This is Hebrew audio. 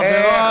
חבריי,